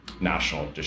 national